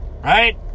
right